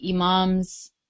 imams